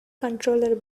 controller